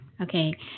Okay